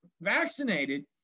vaccinated